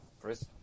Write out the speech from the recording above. Chris